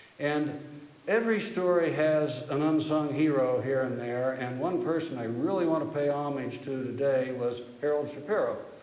and every story has an unsung hero here and there. and one person i really want to pay homage to today was harold shapiro,